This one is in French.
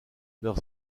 leurs